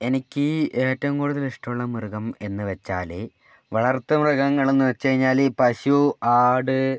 എനിക്ക് ഏറ്റവും കൂടുതൽ ഇഷ്ടമുള്ള മൃഗം എന്നു വച്ചാൽ വളർത്തുമൃഗങ്ങളെന്നു വച്ചു കഴിഞ്ഞാൽ ഈ പശു ആട്